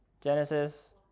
Genesis